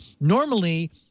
Normally